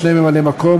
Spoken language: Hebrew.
שני ממלאי-מקום,